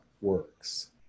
works